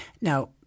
Now